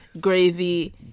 gravy